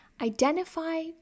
Identify